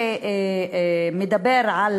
שמדבר על